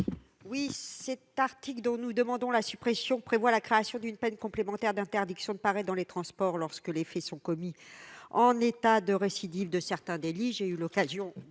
27. L'article 11, dont nous demandons la suppression, prévoit la création d'une peine complémentaire d'interdiction de paraître dans les transports lorsque les faits sont commis en état de récidive de certains délits ; j'y ai